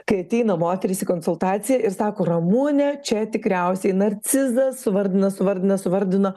kai ateina moteris į konsultaciją ir sako ramune čia tikriausiai narcizas suvardina suvardina suvardina